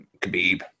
Khabib